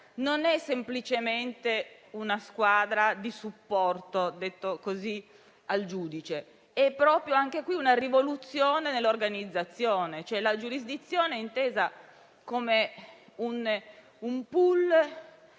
Non è semplicemente una squadra di supporto al giudice, ma proprio una rivoluzione nell'organizzazione, cioè la giurisdizione intesa come un *pool*